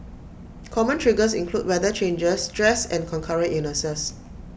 common triggers include weather changes stress and concurrent illnesses